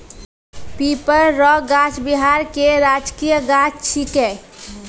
पीपर रो गाछ बिहार के राजकीय गाछ छिकै